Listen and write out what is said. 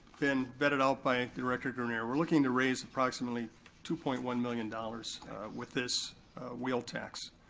been vetted out by director grenier, we're looking to raise appximately two point one million dollars with this wheel tax.